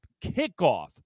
kickoff